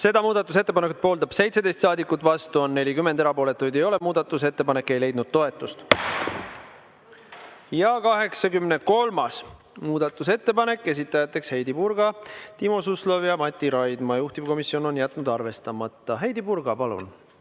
Seda muudatusettepanekut pooldab 17 saadikut, vastu oli 40, erapooletuid ei ole. Muudatusettepanek ei leidnud toetust.83. muudatusettepanek, esitajad Heidy Purga, Timo Suslov ja Mati Raidma, juhtivkomisjon on jätnud selle arvestamata. Heidy Purga, palun!